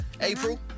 April